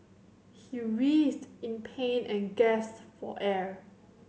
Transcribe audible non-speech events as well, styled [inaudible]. he [unintelligible] in pain and gasped for air